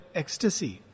ecstasy